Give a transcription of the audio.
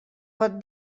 pot